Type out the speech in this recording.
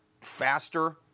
faster